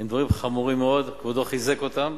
הם דברים חמורים מאוד, וכבודו חיזק אותם.